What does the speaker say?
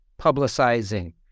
publicizing